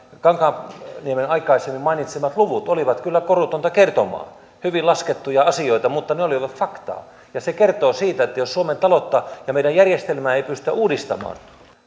kankaanniemen aikaisemmin mainitsemat luvut olivat kyllä korutonta kertomaa hyvin laskettuja asioita mutta ne olivat faktaa ja se kertoo siitä että jos suomen taloutta ja meidän järjestelmäämme ei pystytä uudistamaan